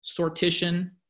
Sortition